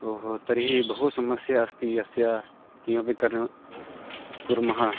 ओ हो तर्हि बहु समस्या अस्ति अस्य किमपि कर् कुर्मः